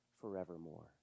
forevermore